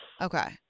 Okay